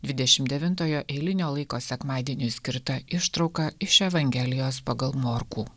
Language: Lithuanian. dvidešim devintojo eilinio laiko sekmadieniui skirta ištrauka iš evangelijos pagal morkų